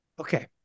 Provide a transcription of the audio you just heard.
Okay